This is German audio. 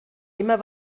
immer